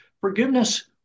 Forgiveness